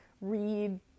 read